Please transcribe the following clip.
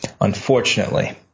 unfortunately